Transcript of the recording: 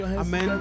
Amen